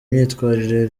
myitwarire